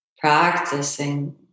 Practicing